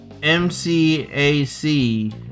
MCAC